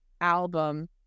album